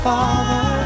Father